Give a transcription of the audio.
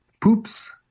poops